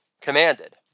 Commanded